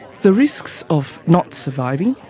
the risks of not surviving,